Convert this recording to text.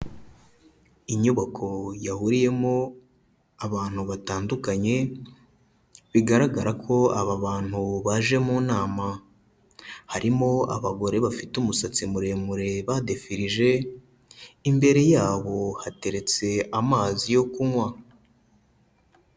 Inyubako yahuriyemo abantu batandukanye, bigaragara ko aba bantu baje mu nama, harimo abagore bafite umusatsi muremure badefirije imbere yabo hateretse amazi yo kunywa.